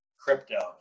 Crypto